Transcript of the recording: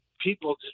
people